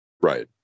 right